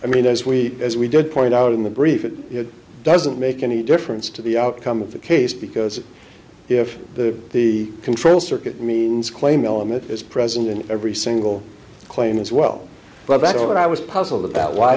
i mean as we as we did point out in the brief it doesn't make any difference to the outcome of the case because if the the control circuit means claim element is present in every single claim as well but back to what i was puzzled about why